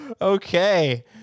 Okay